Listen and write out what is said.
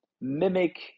mimic